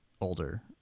older